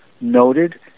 noted